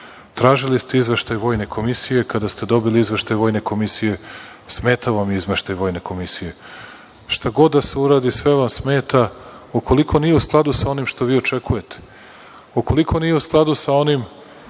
ste izveštaj Vojne komisije. Kada ste dobili izveštaj Vojne komisije, smetao vam je izveštaj Vojne komisije. Šta god da se uradi, sve vam smeta ukoliko nije u skladu sa onim što vi očekujete, ukoliko nije u skladu sa onim